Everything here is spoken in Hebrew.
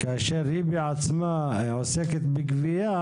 כאשר היא בעצמה עוסקת גם בגבייה?